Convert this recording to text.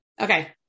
Okay